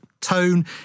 tone